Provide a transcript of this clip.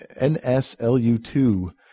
NSLU2